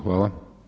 Hvala.